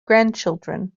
grandchildren